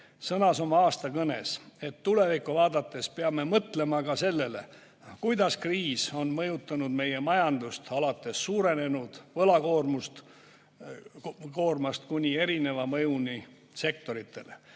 sõnas oma aastakõnes, et tulevikku vaadates peame mõtlema ka sellele, kuidas kriis on mõjutanud meie majandust alates suurenenud võlakoormast kuni erineva mõjuni sektoritele.